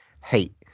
hate